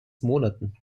monaten